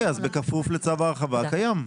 בסדר, אז בכפוף לצו ההרחבה הקיים.